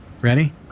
Ready